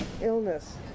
illness